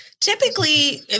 Typically